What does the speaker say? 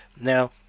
Now